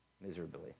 miserably